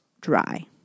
dry